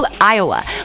Iowa